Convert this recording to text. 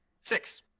Six